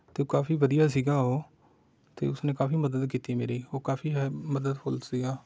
ਅਤੇ ਕਾਫੀ ਵਧੀਆ ਸੀਗਾ ਉਹ ਅਤੇ ਉਸਨੇ ਕਾਫੀ ਮਦਦ ਕੀਤੀ ਮੇਰੀ ਉਹ ਕਾਫੀ ਮਦਦਫੁੱਲ ਸੀਗਾ